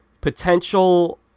potential